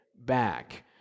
back